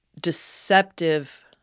deceptive